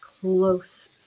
close